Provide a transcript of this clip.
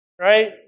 right